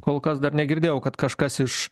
kol kas dar negirdėjau kad kažkas iš